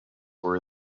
were